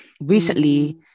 recently